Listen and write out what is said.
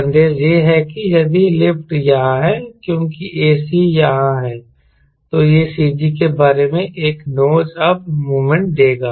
संदेश यह है कि यदि लिफ्ट यहां है क्योंकि ac यहाँ है तो यह CG के बारे में एक नोज अप मोमेंट देगा